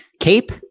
Cape